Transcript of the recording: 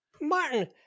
Martin